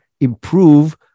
improve